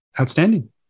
outstanding